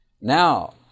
Now